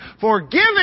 forgiving